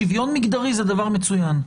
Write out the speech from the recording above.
שוויון מגדרי זה דבר מצוין.